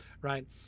Right